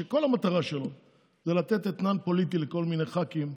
שכל המטרה שלו זה לתת אתנן פוליטי לכל מיני ח"כים,